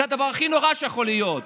זה הדבר הכי נורא שיכול להיות.